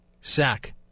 sack